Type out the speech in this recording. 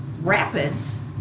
Rapids